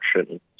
action